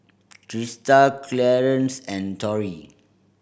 Trista Clearence and Torrie